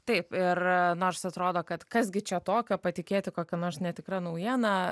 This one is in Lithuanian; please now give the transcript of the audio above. taip ir nors atrodo kad kas gi čia tokio patikėti kokia nors netikra naujiena